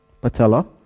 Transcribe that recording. Patella